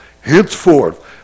Henceforth